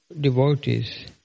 devotees